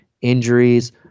injuries